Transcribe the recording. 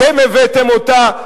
אתם הבאתם אותה,